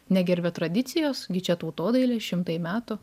negerbia tradicijos gi čia tautodailė šimtai metų